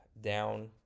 down